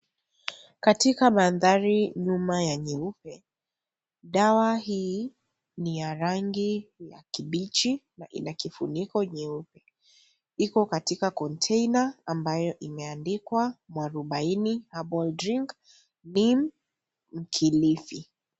Katika mandhari nyuma ya nyeupe dawa hii ni ya rangi ya kibichi na ina kifuniko nyeupe , iko katika container ambayo imeandikwa Muarubaini Herbal Drink Neem Mkilifi .